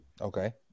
okay